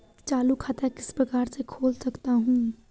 चालू खाता किस प्रकार से खोल सकता हूँ?